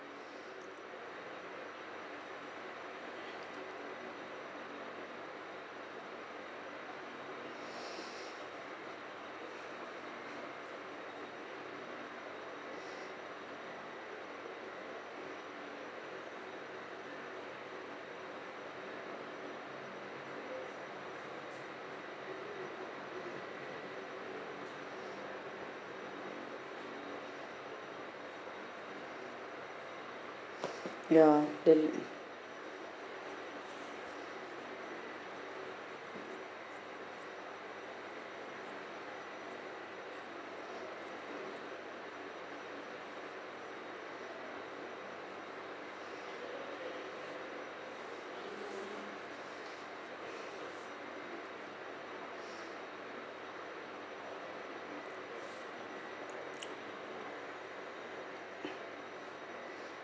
ya the